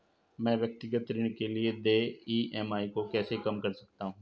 मैं व्यक्तिगत ऋण के लिए देय ई.एम.आई को कैसे कम कर सकता हूँ?